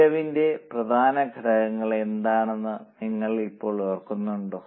ചെലവിന്റെ പ്രധാന ഘടകങ്ങൾ എന്താണെന്ന് നിങ്ങൾ ഇപ്പോൾ ഓർക്കുന്നുണ്ടോ